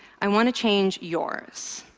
i want to change yours.